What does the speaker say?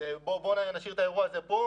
בואו נשאיר את האירוע הזה כאן,